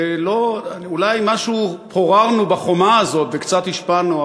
אולי משהו פוררנו בחומה הזאת וקצת השפענו,